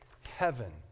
heaven